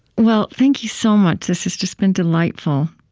well, thank you so much. this has just been delightful,